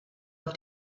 auf